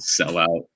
sellout